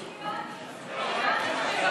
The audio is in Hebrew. מיליונים.